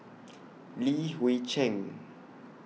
Li Hui Cheng